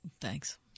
Thanks